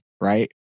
right